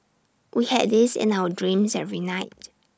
we had this in our dreams every night